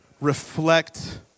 Reflect